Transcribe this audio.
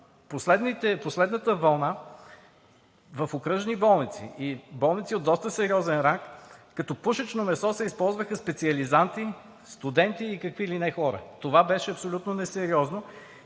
Последната вълна, в окръжни болници, и болници от доста сериозен ранг, като пушечно месо се използваха специализанти, студенти и какви ли не хора. Това беше абсолютно несериозно.